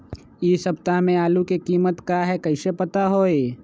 इ सप्ताह में आलू के कीमत का है कईसे पता होई?